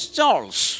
Charles